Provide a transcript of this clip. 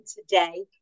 today